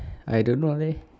I don't know leh